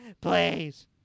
Please